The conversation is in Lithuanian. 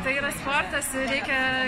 tai yra sportasreikia